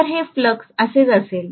तर हे फ्लक्स असेच असेल